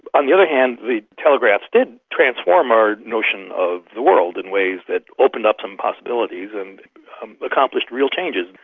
on the other hand the telegraphs did transform our notion of the world in ways that opened up some possibilities and accomplished real changes,